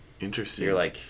Interesting